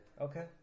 Okay